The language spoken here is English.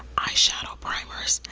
eye shadow primers,